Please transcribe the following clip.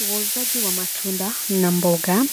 Wauzaji wa matunda na mboga